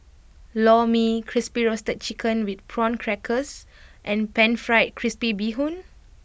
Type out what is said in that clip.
Lor Mee Crispy Roasted Chicken with Prawn Crackers and Pan Fried Crispy Bee Hoon